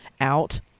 out